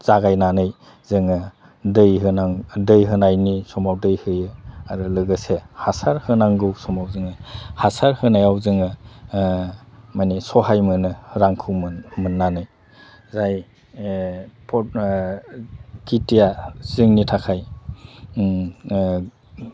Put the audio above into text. जागायनानै जोङो दै होनां दै होनायनि समाव दै होयो आरो लोगोसे हासार होनांगौ समाव जोङो हासार होनायाव जोङो मानि सहाय मोनो रांखौ मोननानै जाय खिथिया जोंनि थाखाय